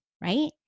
right